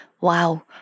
Wow